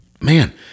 man